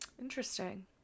Interesting